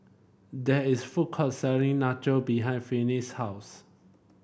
there is food court selling Nacho behind Finis' house